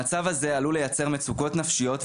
המצב הזה עלול לייצר מצוקות נפשיות,